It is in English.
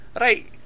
right